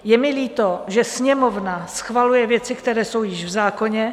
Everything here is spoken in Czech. Je mi líto, že Sněmovna schvaluje věci, které jsou již v zákoně.